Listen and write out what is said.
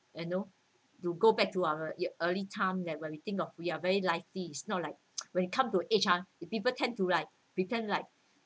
and know you go back to our early time that when we think of we are very lively is not like when it come to the age ah the people tend to like pretend like